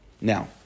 now